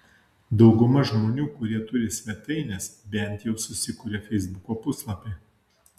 dauguma žmonių kurie turi svetaines bent jau susikuria feisbuko puslapį